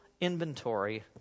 inventory